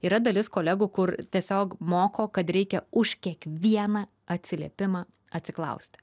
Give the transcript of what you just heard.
yra dalis kolegų kur tiesiog moko kad reikia už kiekvieną atsiliepimą atsiklausti